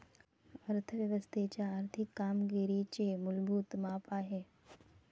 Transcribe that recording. अर्थ व्यवस्थेच्या आर्थिक कामगिरीचे मूलभूत माप आहे